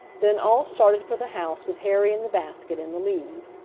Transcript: then all started for the house with harry and the basket in the lead.